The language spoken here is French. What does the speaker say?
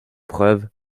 preuve